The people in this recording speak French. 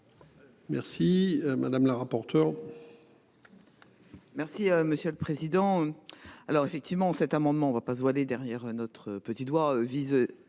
Merci madame la rapporteure.